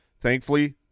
Thankfully